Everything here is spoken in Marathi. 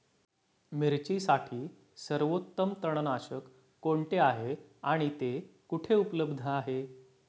मिरचीसाठी सर्वोत्तम तणनाशक कोणते आहे आणि ते कुठे उपलब्ध आहे?